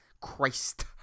Christ